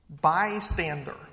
Bystander